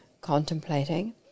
contemplating